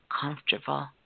Comfortable